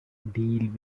deal